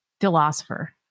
philosopher